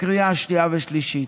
לקריאה שנייה ושלישית.